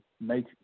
make